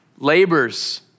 Labors